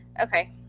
Okay